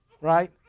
right